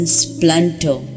splinter